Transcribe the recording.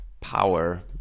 power